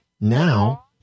Now